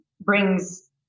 brings